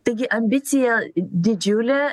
taigi ambicija didžiulė